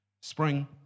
Spring